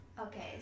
Okay